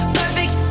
perfect